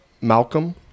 Malcolm